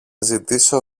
ζητήσω